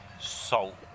salt